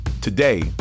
Today